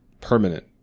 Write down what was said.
permanent